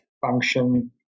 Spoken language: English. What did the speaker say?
function